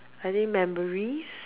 I think memories